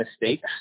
mistakes